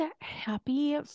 Happy